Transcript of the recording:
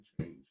change